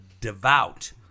devout